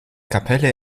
kapelle